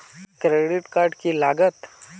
Credit card की लागत?